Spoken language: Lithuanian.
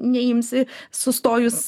neimsi sustojus